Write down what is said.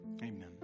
Amen